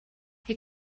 you